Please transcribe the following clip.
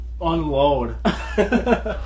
unload